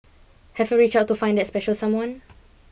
have you reached out to find that special someone